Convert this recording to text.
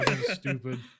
Stupid